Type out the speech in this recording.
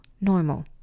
normal